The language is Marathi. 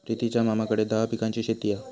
प्रितीच्या मामाकडे दहा पिकांची शेती हा